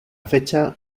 fecha